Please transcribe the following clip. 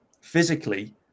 physically